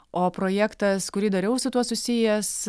o projektas kurį dariau su tuo susijęs